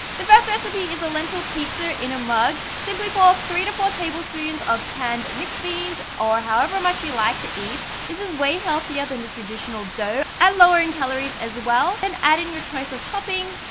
the first recipe is a lental pizza in a mug. simply pour three to four table spoons of canned mixed beans, or however much you like to eat. this is way healthier than the traditional dough. and lower in calories as well. then and add in your choice of toppings.